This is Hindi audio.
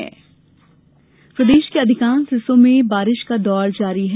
मौसम बारिश प्रदेश के अधिकांश हिस्सों में बारिश का दौर जारी है